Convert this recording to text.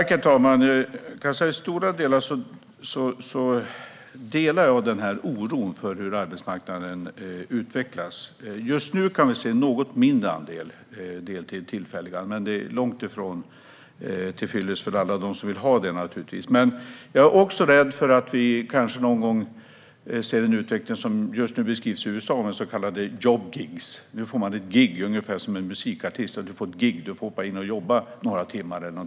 Herr talman! I mycket delar jag denna oro för hur arbetsmarknaden utvecklas. Just nu kan vi se en något mindre andel deltider och tillfälliga anställningar, men det är givetvis långt från tillfyllest för alla som vill ha heltid. Jag är också rädd för att vi ska se den utvecklingen som finns i USA med så kallade job gigs. Ungefär som en musikartist får man ett gig och får hoppa in och jobba några timmar.